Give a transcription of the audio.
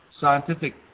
scientific